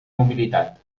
mobilitat